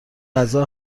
غذا